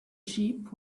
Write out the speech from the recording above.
sheep